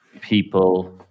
people